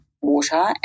water